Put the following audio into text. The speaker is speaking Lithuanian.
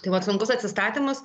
tai vat sunkus atsistatymas